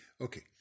Okay